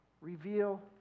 reveal